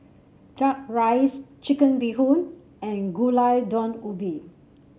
duck rice Chicken Bee Hoon and Gulai Daun Ubi